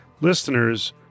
listeners